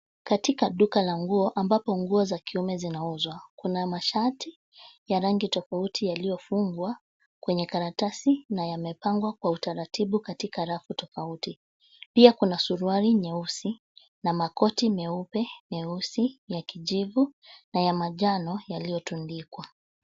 Katika duka la nguo ambapo nguo za kiume zinauzwa, kuna mashati ya rangi tofauti yaliyofungwa kwenye karatasi na yamepangwa kwa utaratibu katika rafu tofauti, pia kuna suruali nyeusi na makoti meupe, meusi, ya kijivu na ya manjano yaliyotundikwa.